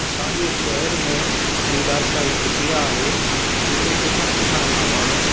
असांजे शेहर में लीलाशाह जी कुटिया आहे जिते किथां किथां खां माण्हू